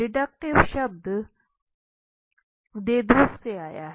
deductive शब्द देदूस से आया है